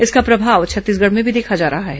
इसका प्रभाव छत्तीसगढ में भी देखा जा रहा है